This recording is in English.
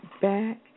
back